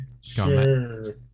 Sure